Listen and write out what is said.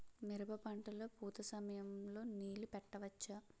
మిరప పంట లొ పూత సమయం లొ నీళ్ళు పెట్టవచ్చా?